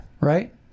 Right